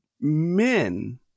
men